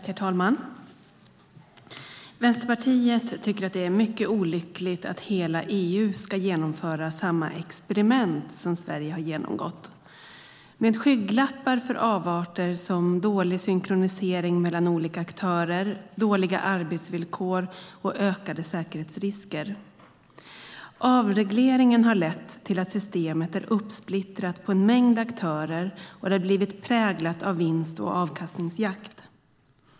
Herr talman! Vänsterpartiet tycker att det är mycket olyckligt att hela EU ska genomföra samma experiment som Sverige har genomgått med skygglappar för avarter som dålig synkronisering mellan olika aktörer, dåliga arbetsvillkor och ökade säkerhetsrisker. Avregleringen har lett till att systemet är uppsplittrat på en mängd aktörer och att det har blivit präglat av en vinst och avkastningsjakt.